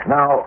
Now